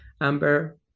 Amber